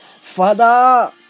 Father